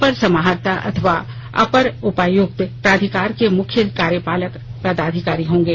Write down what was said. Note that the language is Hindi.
अपर समाहर्ता अथवा अपर उपायुक्त प्राधिकार के मुख्य कार्यपालक पदाधिकारी होंगे